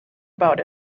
about